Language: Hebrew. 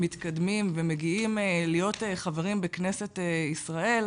מתקדמים ומגיעים להיות חברים בכנסת ישראל,